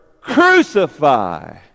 Crucify